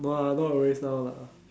no ah not always now lah